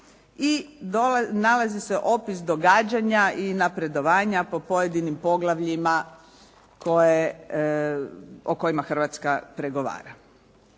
i nalazi se opis događanja i napredovanja po pojedinim poglavljima o kojima Hrvatska pregovara.